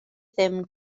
ddim